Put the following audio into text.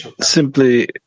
simply